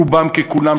רובם ככולם,